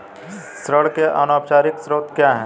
ऋण के अनौपचारिक स्रोत क्या हैं?